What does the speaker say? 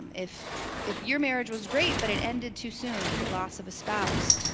if if your marriage was great but it ended too soon cause the loss of a spouse,